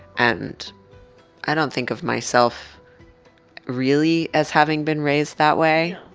and i don't think of myself really as having been raised that way.